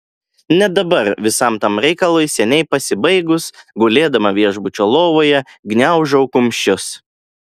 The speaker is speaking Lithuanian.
net dabar visam tam reikalui seniai pasibaigus gulėdama viešbučio lovoje gniaužau kumščius